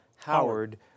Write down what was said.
howard